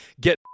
get